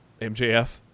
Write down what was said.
MJF